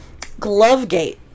Glovegate